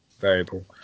variable